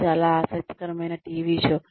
ఇది చాలా ఆసక్తికరమైన టీవీ షో